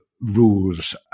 rules